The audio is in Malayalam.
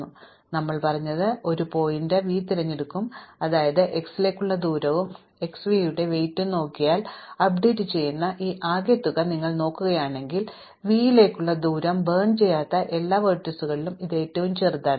അതിനാൽ ഞങ്ങൾ പറഞ്ഞത് ഞങ്ങൾ ഒരു ശീർഷകം v തിരഞ്ഞെടുക്കും അതായത് x ലേക്കുള്ള ദൂരവും x v ന്റെ ഭാരവും നോക്കിയാൽ അപ്ഡേറ്റ് ചെയ്യുന്ന ഈ ആകെ തുക നിങ്ങൾ നോക്കുകയാണെങ്കിൽ v യിലേക്കുള്ള ദൂരം കത്തിക്കാത്ത എല്ലാ ലംബങ്ങളിലും ഇത് ഏറ്റവും ചെറുതാണ്